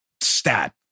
Stat